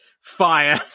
fire